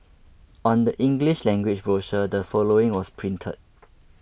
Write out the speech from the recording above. on the English language brochure the following was printed